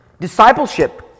Discipleship